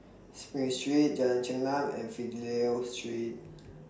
SPRING Street Jalan Chengam and Fidelio Street